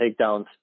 takedowns